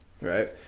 Right